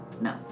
No